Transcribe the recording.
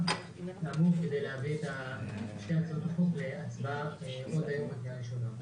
--- כאמור כדי להביא --- עוד היום בקריאה ראשונה.